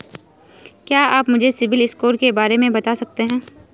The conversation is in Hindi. क्या आप मुझे सिबिल स्कोर के बारे में बता सकते हैं?